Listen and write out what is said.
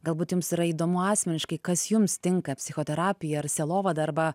galbūt jums yra įdomu asmeniškai kas jums tinka psichoterapija ar sielovada arba